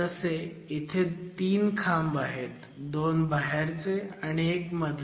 तसे इथे 3 खांब आहेत 2 बाहेरचे आणि एक मधला